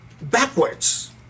backwards